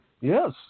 Yes